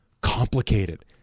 complicated